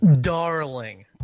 Darling